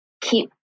keep